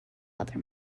other